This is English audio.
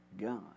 God